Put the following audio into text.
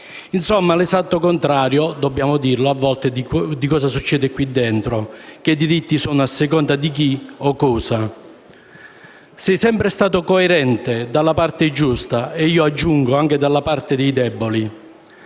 insomma l'esatto contrario, dobbiamo dirlo, di quello che a volte succede in queste Aule, dove i diritti sono a seconda di chi o cosa. Sei sempre stato coerentemente dalla parte giusta, e io aggiungo anche dalla parte dei deboli,